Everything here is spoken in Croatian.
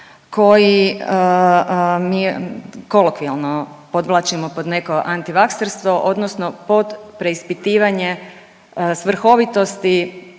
koji, kolokvijalno podvlačimo pod neko antivakserstvo, odnosno pod preispitivanje svrhovitosti